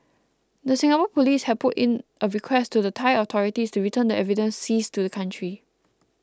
the Singapore police had put in a request to the Thai authorities to return the evidence seized to the country